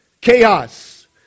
Chaos